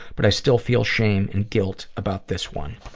but i still feel shame and guilt about this one.